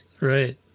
Right